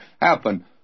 happen